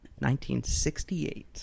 1968